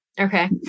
Okay